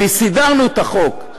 וסידרנו את החוק.